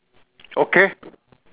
okay